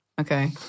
Okay